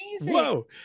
whoa